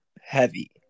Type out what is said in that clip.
Heavy